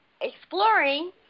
Exploring